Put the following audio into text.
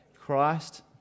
Christ